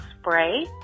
spray